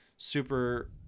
super